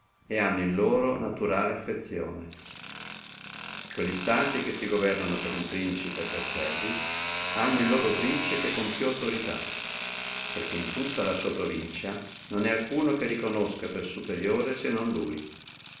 et hanno in loro naturale affezione quelli stati che si governono per uno principe e per servi hanno el loro principe con più autorità perché in tutta la sua provincia non è alcuno che riconosca per superiore se non lui